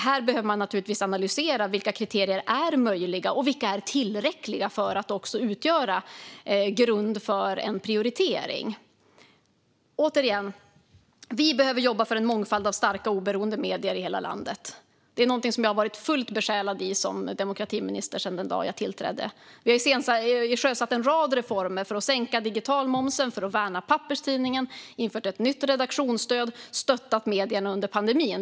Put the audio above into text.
Här behöver man analysera vilka kriterier som är möjliga och vilka som är tillräckliga för att också utgöra grund för en prioritering. Återigen: Vi behöver jobba för en mångfald av starka, oberoende medier i hela landet. Det är någonting som jag har varit fullt besjälad av som demokratiminister sedan den dag jag tillträdde. Vi har sjösatt en rad reformer för att sänka digitalmomsen och för att värna papperstidningen. Vi har infört ett nytt redaktionsstöd och stöttat medierna under pandemin.